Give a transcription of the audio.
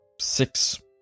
six